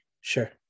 Sure